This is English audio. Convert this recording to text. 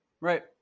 right